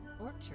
Orchard